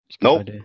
Nope